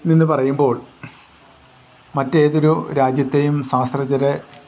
നിന്ന് പറയുമ്പോൾ മറ്റേതൊരു രാജ്യത്തെയും ശാസ്ത്രജ്ഞരെ